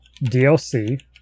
DLC